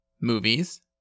movies